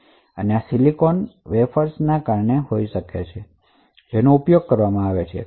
આ silicon wafers ના કારણે હોય છે